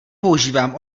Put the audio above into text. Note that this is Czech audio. používám